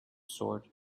sword